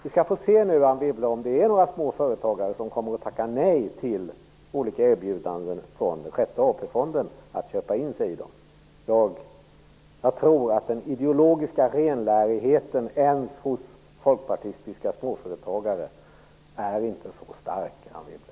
Vi skall se, Anne Wibble, om det är några småföretagare som tackar nej till olika erbjudanden från sjätte AP-fonden att köpa in sig i fonden. Jag tror att den ideologiska renlärigheten inte är så stark ens hos folkpartistiska småföretagare, Anne Wibble.